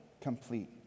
complete